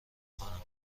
خانم